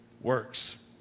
works